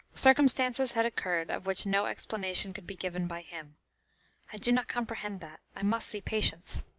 circumstances had occurred of which no explanation could be given by him i do not comprehend that i must see patience.